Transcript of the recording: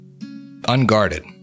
unguarded